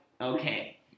okay